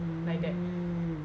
mm